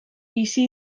bizi